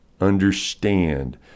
Understand